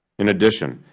in addition,